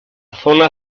zona